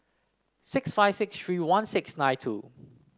six five six three one six nine two